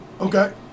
Okay